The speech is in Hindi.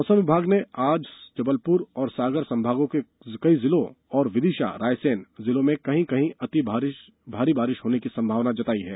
मौसम विभाग ने आज जबलपुर और सागर संभागों के कई जिलों और विदिशा रायसेन जिलों में कहीं कहीं अति भारी बारिश होने की संभावना जताई है